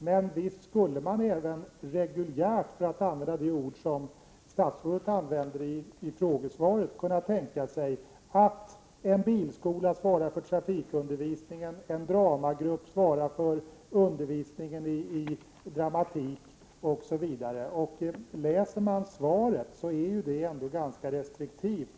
Men visst skulle man även reguljärt — för att använda samma ord som statsrådet använder i frågesvaret — kunna tänka sig att en bilskola svarar för trafikundervisningen och att en dramagrupp svarar för undervisningen i dramatik osv. Om man läser svaret ser man att det ju ändå är ganska restriktivt.